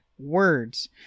words